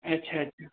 अच्छा अच्छा